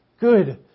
good